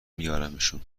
میارمشون